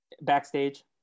Backstage